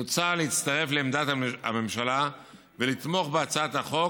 מוצע להצטרף לעמדת הממשלה ולתמוך בהצעת החוק.